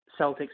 Celtics